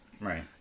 Right